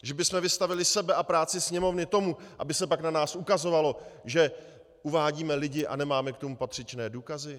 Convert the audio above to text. Že bychom vystavili sebe a práci Sněmovny tomu, aby se pak na nás ukazovalo, že uvádíme lidi a nemáme k tomu patřičné důkazy?